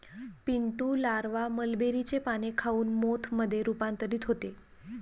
Pintu larva मलबेरीचे पाने खाऊन मोथ मध्ये रूपांतरित होते